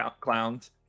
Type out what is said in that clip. clowns